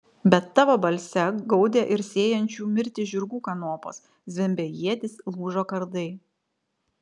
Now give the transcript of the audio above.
bet tavo balse gaudė ir sėjančių mirtį žirgų kanopos zvimbė ietys lūžo kardai